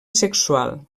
sexual